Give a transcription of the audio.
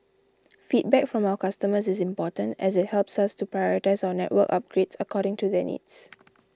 feedback from our customers is important as it helps us to prioritise our network upgrades according to their needs